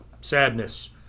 sadness